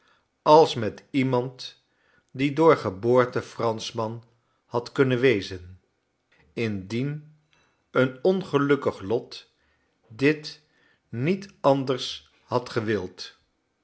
als met iemand die door geboorte franschman had kunnen wezen indien een ongelukkig lot dit niet anders had gewild